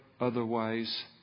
otherwise